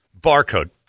Barcode